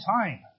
time